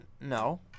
No